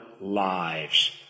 lives